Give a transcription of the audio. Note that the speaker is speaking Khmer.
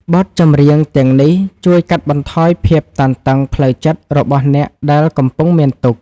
បទចម្រៀងទាំងនេះជួយកាត់បន្ថយភាពតានតឹងផ្លូវចិត្តរបស់អ្នកដែលកំពុងមានទុក្ខ។